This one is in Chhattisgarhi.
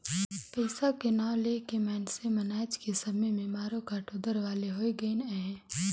पइसा के नांव ले के मइनसे मन आएज के समे में मारो काटो दार वाले होए गइन अहे